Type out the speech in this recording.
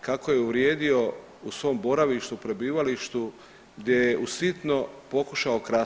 kako je uvrijedio u svom boravištu, prebivalištu gdje je u sitno pokušao krasti.